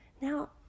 Now